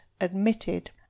admitted